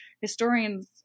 historians